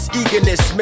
eagerness